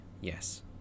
yes